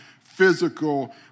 physical